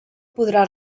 podrà